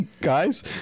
Guys